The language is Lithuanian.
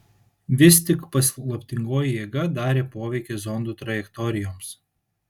vis tik paslaptingoji jėga darė poveikį zondų trajektorijoms